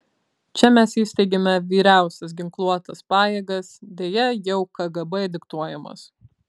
čia mes įsteigėme vyriausias ginkluotas pajėgas deja jau kgb diktuojamas